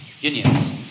unions